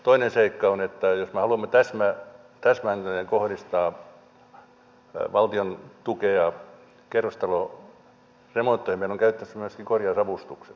toinen seikka on että jos me haluamme täsmälleen kohdistaa valtion tukea kerrostaloremontteihin meillä on käytettävissä myöskin korjausavustukset